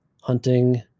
hunting